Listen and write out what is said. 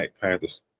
Panthers